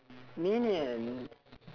minion